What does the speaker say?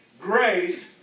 grace